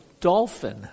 dolphin